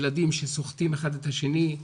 ילדים שסוחטים אחד את השני.